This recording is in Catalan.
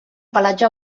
pelatge